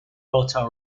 hotel